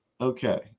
Okay